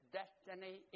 destiny